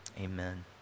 amen